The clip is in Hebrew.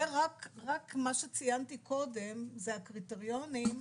רק מה שציינתי קודם זה הקריטריונים,